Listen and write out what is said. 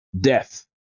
death